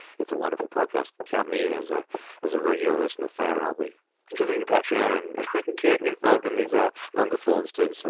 it's a wonderful podcast. count me in as ah as a regular listener fan, and i'll be contributing to patreon and getting involved in these ah longer forms too. so